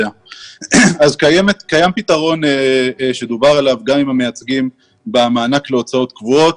קיים פתרון עליו דובר גם עם המייצגים במענק להוצאות קבועות.